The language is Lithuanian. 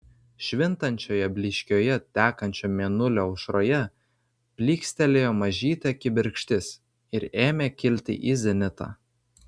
švintančioje blyškioje tekančio mėnulio aušroje plykstelėjo mažytė kibirkštis ir ėmė kilti į zenitą